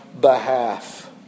behalf